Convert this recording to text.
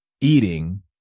eating